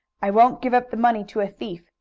i won't give up the money to a thief!